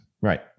Right